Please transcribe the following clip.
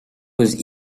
was